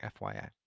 FYI